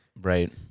Right